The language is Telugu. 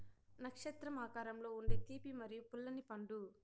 నక్షత్రం ఆకారంలో ఉండే తీపి మరియు పుల్లని పండు